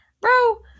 Bro